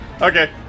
Okay